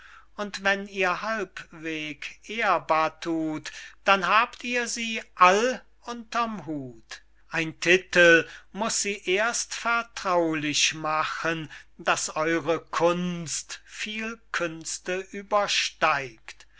und wenn ihr halbweg ehrbar thut dann habt ihr sie all unter'm hut ein titel muß sie erst vertraulich machen daß eure kunst viel künste übersteigt